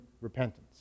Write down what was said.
repentance